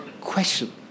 question